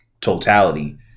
totality